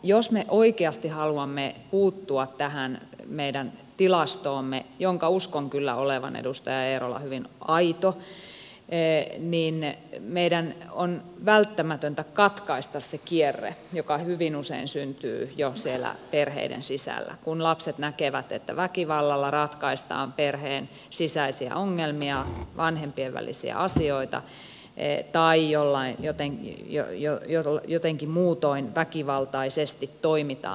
jos me oikeasti haluamme puuttua tähän meidän tilastoomme jonka uskon kyllä olevan edustaja eerola hyvin aito niin meidän on välttämätöntä katkaista se kierre joka hyvin usein syntyy jo siellä perheiden sisällä kun lapset näkevät että väkivallalla ratkaistaan perheen sisäisiä ongelmia vanhempien välisiä asioita tai jotenkin muutoin väkivaltaisesti toimitaan